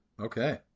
okay